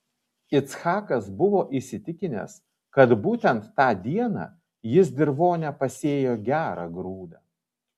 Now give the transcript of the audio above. ichakas buvo įsitikinęs kad būtent tą dieną jis dirvone pasėjo gerą grūdą